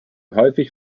häufig